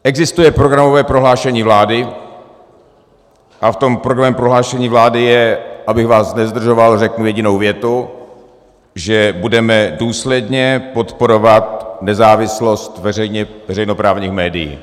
Existuje programové prohlášení vlády a v tom programovém prohlášení vlády je abych vás nezdržoval, řeknu jedinou větu že budeme důsledně podporovat nezávislost veřejnoprávních médií.